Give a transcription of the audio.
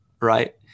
right